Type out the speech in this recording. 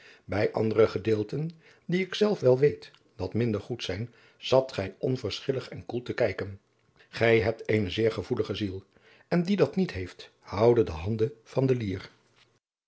bij andere gedeelten die ik zelf wel weet dat minder goed zijn zat gij onverschillig en koel te kijken gij hebt eene zeer gevoelige ziel en die dat niet heeft houde de handen van de lier